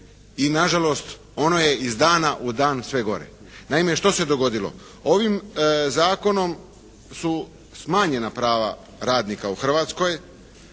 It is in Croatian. i nažalost ono je iz dana u dan sve gore. Naime što se dogodilo? Ovim zakonom su smanjena prava radnika u Hrvatskoj,